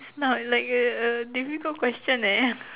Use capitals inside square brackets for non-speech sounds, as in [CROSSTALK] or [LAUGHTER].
it's not like a uh difficult question eh [LAUGHS]